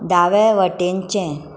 दावें वटेनचें